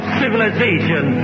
civilization